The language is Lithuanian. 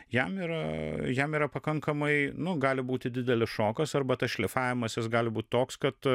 jam yra jam yra pakankamai nu gali būti didelis šokas arba tas šlifavimas jis gali būt toks kad